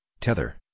Tether